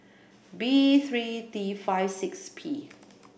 B three T five six P